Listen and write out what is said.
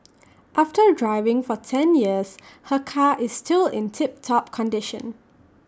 after driving for ten years her car is still in tip top condition